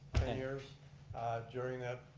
and years during that,